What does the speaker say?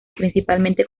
principalmente